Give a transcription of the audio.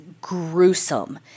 gruesome